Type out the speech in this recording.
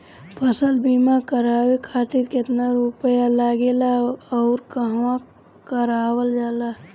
फसल बीमा करावे खातिर केतना रुपया लागेला अउर कहवा करावल जाला?